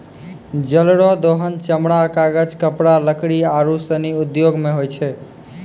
जल रो दोहन चमड़ा, कागज, कपड़ा, लकड़ी आरु सनी उद्यौग मे होय छै